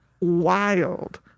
wild